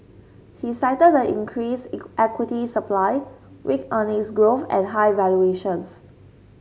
he cited the increased equity supply weak earnings growth and high valuations